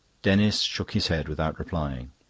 denis shook his head without replying.